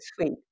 sweet